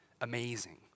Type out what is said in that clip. amazing